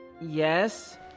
Yes